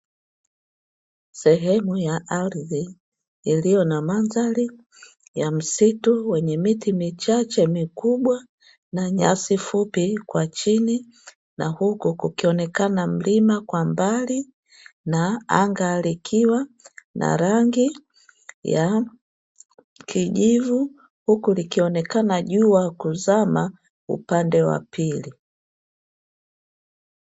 Sehemu ya ardhi iliyo na mandhari ya msitu wenye miti michache mikubwa na nyasi fupi kwa chini, na huku kukionekana mlima kwa mbali na anga likiwa na rangi ya kijivu huku likionekana jua kuzama upande wa pili.